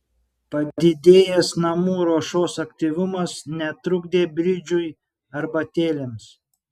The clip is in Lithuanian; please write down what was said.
padidėjęs namų ruošos aktyvumas netrukdė bridžui arbatėlėms